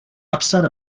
upset